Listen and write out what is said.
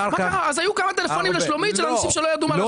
אז היו כמה טלפונים לשלומית של אנשים שלא ידעו מה לעשות.